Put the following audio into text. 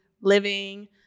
living